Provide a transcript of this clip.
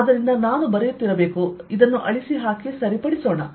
ಆದ್ದರಿಂದ ನಾನು ಬರೆಯುತ್ತಿರಬೇಕು ಇದನ್ನು ಅಳಿಸಿಹಾಕಿ ಸರಿಪಡಿಸೋಣ